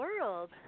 world